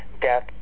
death